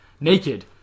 naked